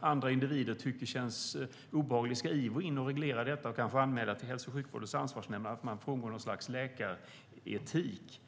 andra individer kanske tycker känns obehagligt? Ska Ivo in och reglera detta och kanske anmäla till Hälso och sjukvårdens ansvarsnämnd att man frångår något slags läkaretik?